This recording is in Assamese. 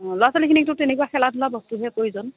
ল'ৰা ছোৱালীখিনিকতো তেনেকুৱা খেলা ধূলা বস্তুৰহে প্ৰয়োজন